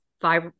five